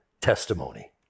testimony